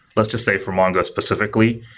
let's just say for mongo specifically,